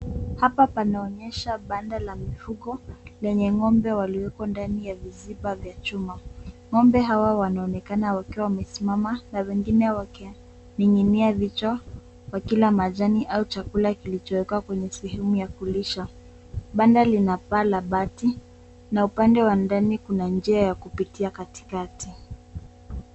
Hapa panaonyesha banda la mifugo lenye ng'ombe walioko ndani ya viziba vya chuma, Ng'ombe hawa wanaonekana wakiwa wamesimama na wengine wakining'inia vichwa wakila majani au chakula kilichowekwa kwenye sehemu ya kulisha. Banda lina paa la bati na upande wa ndani kuna njia ya kupitia katikati.